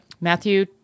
Matthew